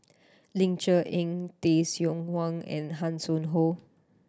Ling Cher Eng Tay Seow Huah and Hanson Ho